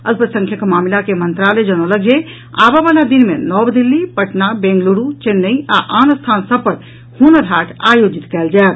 अल्संख्यक मामिला के मंत्रालय जनौलक जे आबऽवला दिन मे नव दिल्ली पटना बेंगलुरू चेन्नई आ आन स्थान सभ पर हुनर हाट आयोजित कयल जायत